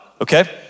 okay